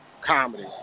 comedy